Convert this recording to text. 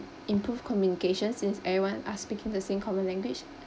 improve communication since everyone are speaking the same common language